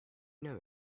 know